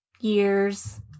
years